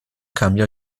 cambia